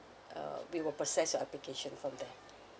uh we will process your application from there